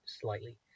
slightly